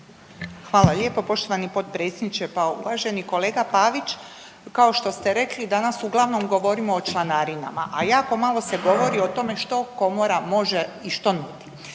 Hvala lijepa poštovani potpredsjedniče. Pa uvaženi kolega Pavić kao što ste rekli danas uglavnom govorimo o članarinama, a jako malo se govori o tome što Komora može.